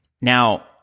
Now